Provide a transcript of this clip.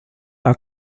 our